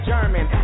German